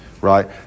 Right